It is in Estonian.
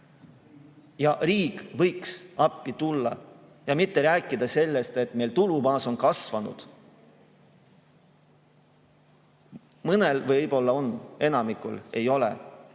Riik võiks appi tulla ja mitte rääkida sellest, et tulubaas on kasvanud. Mõnel võib-olla on, enamikul ei ole.